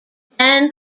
band